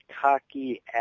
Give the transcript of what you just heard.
cocky